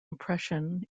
impression